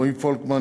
רועי פולקמן,